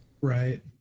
right